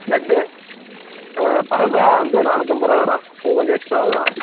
லட்டு ஆ பால்கோவா வந்து நானூற்றைம்பது ரூபா வரும் அது கொஞ்சம் எக்ஸ்ட்ரா வரும்